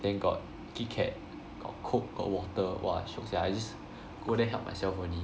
then got Kit Kat got Coke got water !wah! shiok sia I just go there help myself only